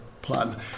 plan